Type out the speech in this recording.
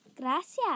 gracias